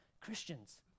Christians